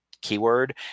keyword